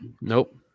nope